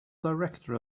director